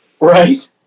Right